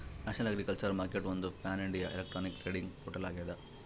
national agriculture ಮಾರ್ಕೆಟ್ಒಂದು pan India electronic trading portal ಆಗ್ಯದ